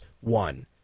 one